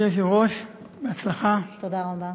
גברתי היושבת-ראש, בהצלחה, תודה רבה.